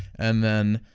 and then,